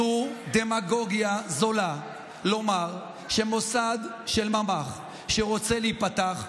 זו דמגוגיה זולה לומר שמוסד של ממ"ח שרוצה להיפתח,